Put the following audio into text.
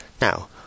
Now